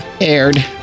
aired